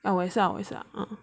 嗯我也是要也是要嗯